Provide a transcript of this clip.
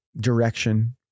direction